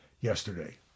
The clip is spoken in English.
yesterday